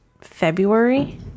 February